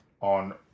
on